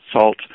salt